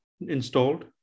installed